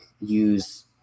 use